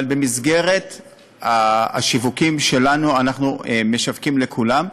אבל במסגרת השיווקים שלנו אנחנו משווקים לכולם,